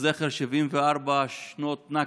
לזכר 74 שנות נכבה.